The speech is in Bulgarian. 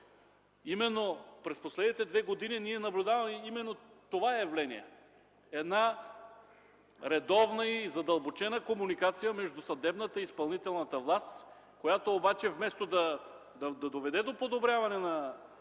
През последните две години наблюдаваме именно това явление: редовна и задълбочена комуникация между съдебната и изпълнителната власти, която обаче вместо да доведе до подобряване на